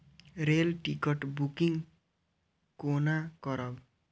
Rail ticket booking कोना करब?